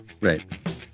Right